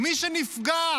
אפס